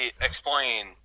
explain